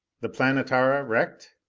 the planetara wrecked?